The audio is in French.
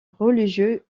religieux